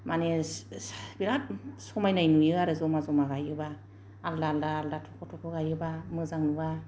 माने बिराद समायनाय नुयो आरो जमा जमा गायोब्ला आलदा आलदा आलदा थख' थख' गायोब्ला मोजां नुआ